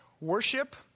worship